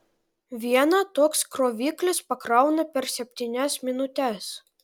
vieną toks kroviklis pakrauna per septynias minutes